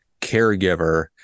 caregiver